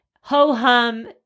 ho-hum